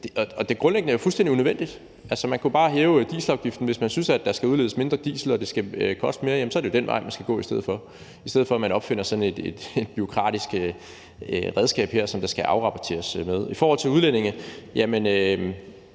Og grundlæggende er det jo fuldstændig unødvendigt. Man kunne bare hæve dieselafgiften, hvis man synes, der skal udledes mindre diesel, og at det skal koste mere. Så er det den vej, man skal gå, i stedet for at man opfinder sådan et bureaukratisk redskab her, som der skal afrapporteres i forhold til. I forhold til udlændinge tror